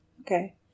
okay